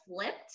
flipped